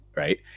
Right